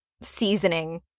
seasoning